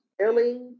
Ellie